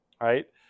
right